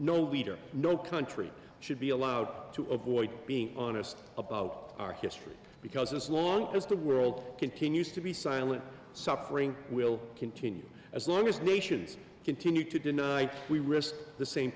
no reader no country should be allowed to avoid being honest about our history because as long as the world continues to be silent suffering will continue as long as nations continue to deny we rest the same